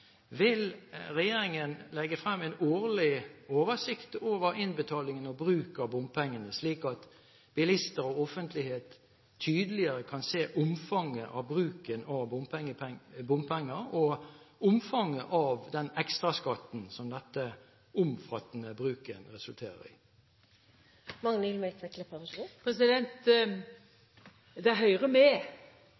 Vil regjeringen legge frem en årlig oversikt over innbetalingen og bruk av bompengene, slik at bilister og offentlighet tydeligere kan se omfanget av bruken av bompenger og omfanget av den ekstraskatten som denne omfattende bruken resulterer